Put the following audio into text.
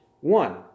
One